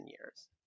years